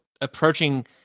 approaching